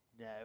No